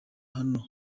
hano